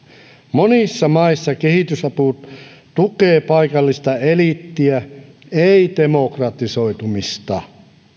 monissa maissa kehitysapu tukee paikallista eliittiä ei demokratisoitumista